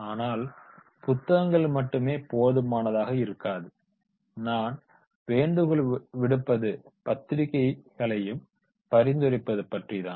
ஆனால் புத்தகங்கள் மட்டுமே போதுமானதாக இருக்காது நான் வேண்டுகோள் விடுப்பது பத்திரிக்கை களையும் பரிந்துரைப்பது பற்றிதான்